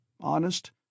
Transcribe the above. honest